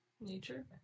Nature